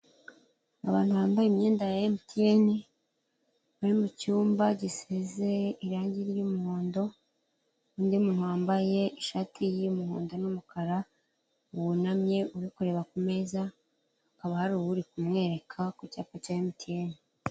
Abantu bambaye imyenda ya MTN, bari mu cyumba gisize irangi ry'umuhondo, undi muntu wambaye ishati y'umuhondo n'umukara wunamye uri kureba ku meza, hakaba hari uwuri kumwereka ku cyapa cya MTN.